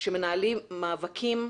שמנהלים מאבקים,